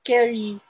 Carry